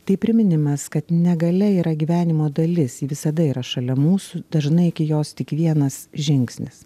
tai priminimas kad negalia yra gyvenimo dalis ji visada yra šalia mūsų dažnai iki jos tik vienas žingsnis